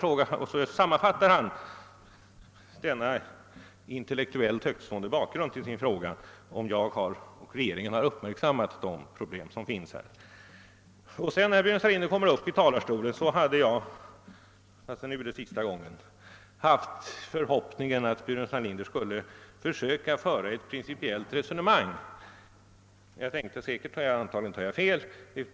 Sedan sammanfattar han denna intellektuellt högtstående bakgrund i frågan om regeringen har uppmärksammat de problem som finns. När herr Burenstam Linder sedan kom upp i talarstolen hade jag den förhoppningen — fast nu är det sista gången — att herr Burenstam Linder skulle försöka föra ett principiellt resonemang. Detta har han avstått ifrån.